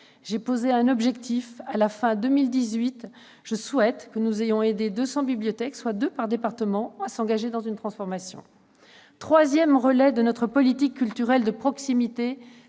: je souhaite que, à la fin de l'année 2018, nous ayons aidé 200 bibliothèques, soit deux par département, à s'engager dans une transformation. Le troisième relais de notre politique culturelle de proximité,